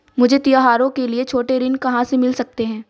मुझे त्योहारों के लिए छोटे ऋृण कहां से मिल सकते हैं?